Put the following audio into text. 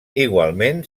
igualment